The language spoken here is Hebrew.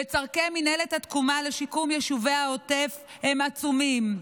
וצורכי מינהלת תקומה לשיקום יישובי העוטף הם עצומים.